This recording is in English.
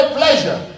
pleasure